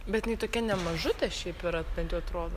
bet jinai tokie ne mažutė šiaip yra bent jau atrodo